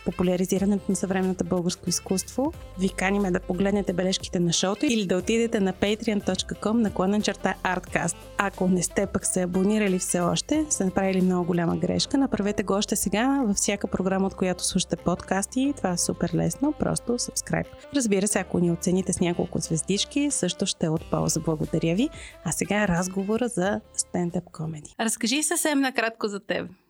популяризирането на съвременното българско изкуство, ви каним да погледнете бележките на шоуто или да отидете на patreon.com, наклонен черта, Arthcast. Ако не сте пък се абонирали все още, сте направили много голяма грешка, направете го още сега във всяка програма, от която слушате подкасти. Това е супер лесно, просто subscribe. Разбира се, ако ни оцените с няколко звездички, също ще е от полза. Благодаря ви. А сега разговора за стендъп комеди. Разкажи съвсем накратко за теб.